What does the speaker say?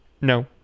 no